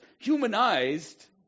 humanized